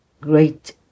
Great